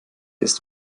ist